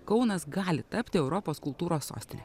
kaunas gali tapti europos kultūros sostine